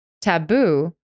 taboo